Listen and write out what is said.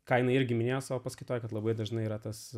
kaina irgi minėjo savo paskaitoje kad labai dažnai yra tas